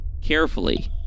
carefully